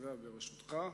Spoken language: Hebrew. בישיבה בראשותך.